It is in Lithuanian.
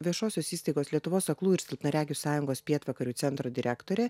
viešosios įstaigos lietuvos aklųjų ir silpnaregių sąjungos pietvakarių centro direktorė